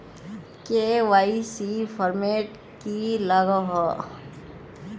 KYC format की लागोहो?